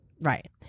Right